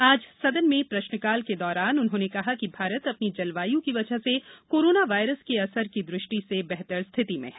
आज सदन में प्रश्नकाल के दौरान उन्होंने कहा कि भारत अपनी जलवायु की वजह से कोरोना वायरस के असर की दृष्टि से बेहतर स्थिति में है